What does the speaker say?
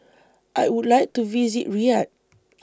I Would like to visit Riyadh